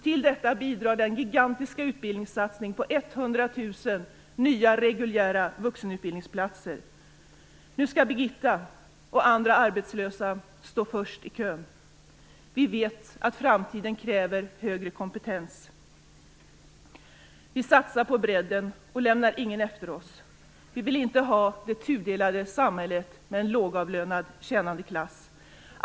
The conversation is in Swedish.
Till detta bidrar den gigantiska utbildningssatsningen på 100 000 nya reguljära vuxenutbildningsplatser. Nu skall Birgitta och andra arbetslösa stå först i kön. Vi vet att framtiden kräver högre kompetens. Vi satsar på bredden och lämnar ingen efter oss. Vi vill inte ha det tudelade samhället med en lågavlönad tjänande klass.